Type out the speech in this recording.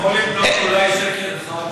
אתה יכול למנות אולי שקר אחד?